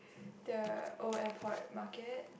the Old-Airport Market